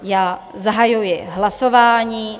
Já zahajuji hlasování.